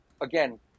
Again